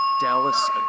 Dallas